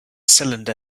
cylinder